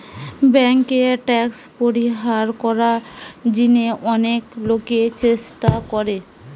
বেঙ্কে ট্যাক্স পরিহার করার জিনে অনেক লোকই চেষ্টা করে